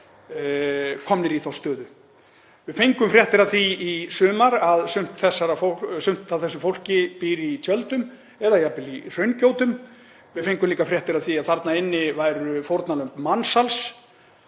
komnir í þá stöðu. Við fengum fréttir af því í sumar að sumt af þessu fólki býr í tjöldum eða jafnvel í hraungjótum. Við fengum líka fréttir af því að þarna inni væru fórnarlömb mansals.